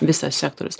visas sektorius